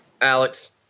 Alex